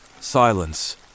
Silence